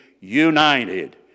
united